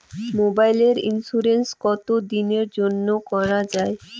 মোবাইলের ইন্সুরেন্স কতো দিনের জন্যে করা য়ায়?